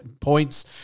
points